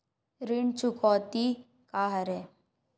ऋण चुकौती का हरय?